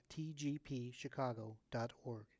tgpchicago.org